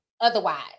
otherwise